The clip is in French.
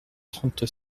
trente